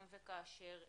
אם וכאשר תגיע.